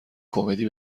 کمدی